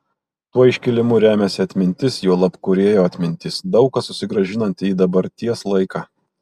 tuo iškilimu remiasi atmintis juolab kūrėjo atmintis daug ką susigrąžinanti į dabarties laiką